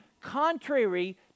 contrary